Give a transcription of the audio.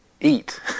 eat